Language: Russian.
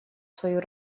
свою